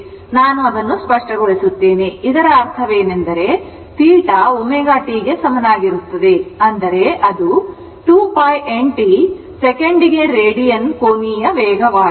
ಆದ್ದರಿಂದ ಇದರ ಅರ್ಥವೇನೆಂದರೆ θ ω t ಗೆ ಸಮನಾಗಿರುತ್ತದೆ ಅಂದರೆ ಅದು 2 π n t ಸೆಕೆಂಡಿಗೆ ರೇಡಿಯನ್ ಕೋನೀಯ ವೇಗ ಆಗಿದೆ